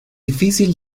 difícil